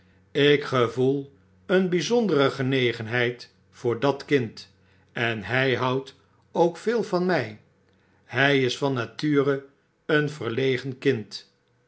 ik gevoel een byzondere geiiegenheid voor dat kind en hy houdt ook veel van my hi is van nature een verlegen kind